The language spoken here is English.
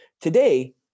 Today